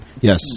Yes